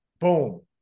Boom